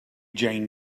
jane